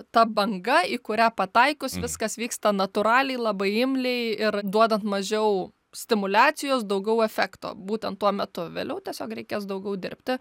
ta banga į kurią pataikius viskas vyksta natūraliai labai imliai ir duodant mažiau stimuliacijos daugiau efekto būtent tuo metu vėliau tiesiog reikės daugiau dirbti